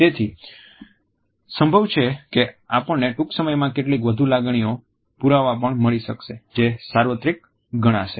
તેથી સંભવ છે કે આપણને ટૂંક સમયમાં કેટલીક વધુ લાગણીઓના પુરાવા પણ મળી શકશે જે સાર્વત્રિક ગણાશે